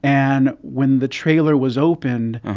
and when the trailer was opened,